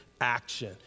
action